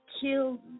kill